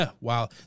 Wow